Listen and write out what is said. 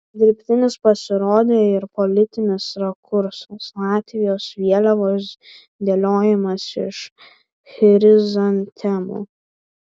dirbtinis pasirodė ir politinis rakursas latvijos vėliavos dėliojimas iš chrizantemų